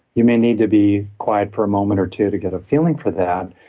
you may need to be quiet for a moment or two to get a feeling for that.